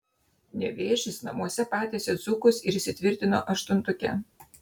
nevėžis namuose patiesė dzūkus ir įsitvirtino aštuntuke